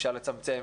אפשר לצמצם,